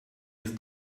his